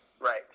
right